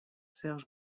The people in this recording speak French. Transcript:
serge